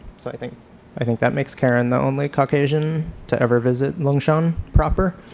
so i think i think that makes karen the only caucasian to ever visit lung shan proper.